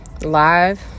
live